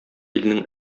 илнең